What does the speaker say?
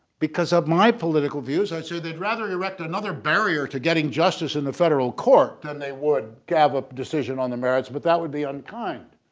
because of my political views i say they'd rather erect another barrier to getting justice in the federal court than they would have a decision on the merits, but that would be unkind